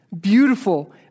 Beautiful